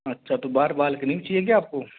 अच्छा तो बाहर बालकनी भी चाहिए क्या आपको